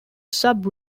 sub